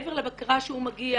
מעבר לבקרה שהוא מגיע